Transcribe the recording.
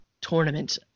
Tournament